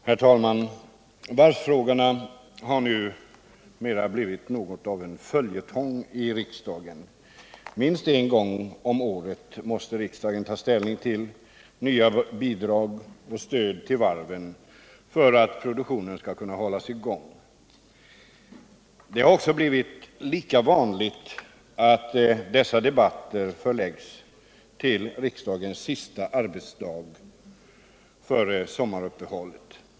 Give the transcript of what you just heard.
Herr talman! Varvsfrågorna har numera blivit något av en följetong i riksdagen. Minst en gång om året måste riksdagen ta ställning till nya bidrag och stöd till varven för att produktionen skall kunna hållas i gång. Det är också lika vanligt att dessa debatter förläggs till riksdagens sista arbetsdag före sommaruppehållet.